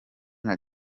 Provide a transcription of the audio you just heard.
nka